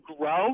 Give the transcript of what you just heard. grow